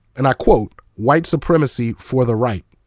and i quote, white supremacy for the right.